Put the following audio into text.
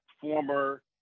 former